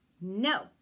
no